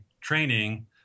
training